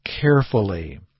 carefully